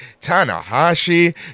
Tanahashi